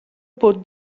pot